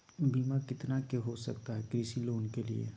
बीमा कितना के हो सकता है कृषि लोन के लिए?